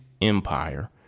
Empire